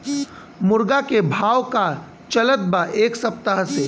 मुर्गा के भाव का चलत बा एक सप्ताह से?